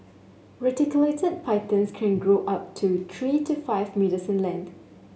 reticulated pythons can grow up to three to five metres in length